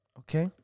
okay